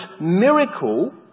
miracle